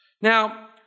Now